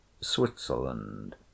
switzerland